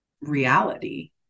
reality